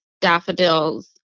daffodils